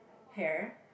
hair